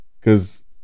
Cause